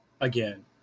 again